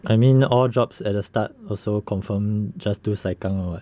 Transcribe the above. I mean all jobs at the start also confirm just do sai kang [one] [what]